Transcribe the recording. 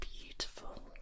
beautiful